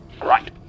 Right